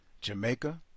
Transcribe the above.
Jamaica